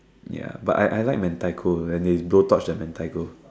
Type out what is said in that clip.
ya but I I I like mentaiko when they blowtorch the mentaiko